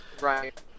Right